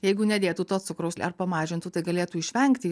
jeigu nedėtų to cukraus ar pamažintų tai galėtų išvengti